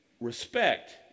respect